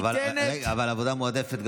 עבודה מועדפת,